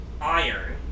iron